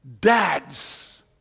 dads